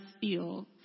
feel